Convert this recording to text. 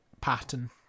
pattern